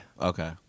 okay